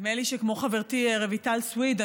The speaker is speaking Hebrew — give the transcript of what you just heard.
נדמה לי שכמו חברתי רויטל סויד,